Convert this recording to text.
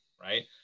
right